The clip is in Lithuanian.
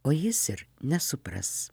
o jis ir nesupras